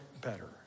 better